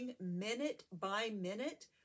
minute-by-minute